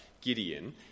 Gideon